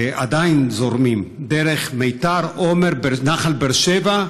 ועדיין זורמים, דרך מיתר, עומר ונחל באר שבע.